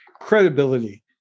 credibility